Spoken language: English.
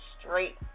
straight